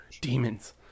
Demons